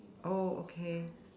oh okay